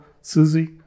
Susie